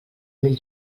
mil